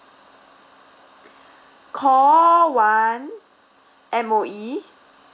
call one M_O_E